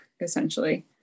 essentially